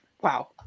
Wow